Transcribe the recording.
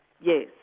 Yes